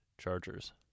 chargers